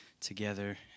together